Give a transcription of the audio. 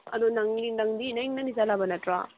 ꯑꯗꯣ ꯅꯪꯗꯤ ꯅꯪꯗꯤ ꯆꯜꯂꯕ ꯅꯠꯇ꯭ꯔꯣ